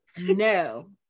no